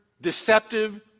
deceptive